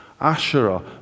Asherah